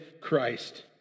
Christ